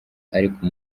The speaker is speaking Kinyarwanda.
ariko